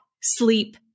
sleep